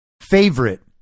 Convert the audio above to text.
favorite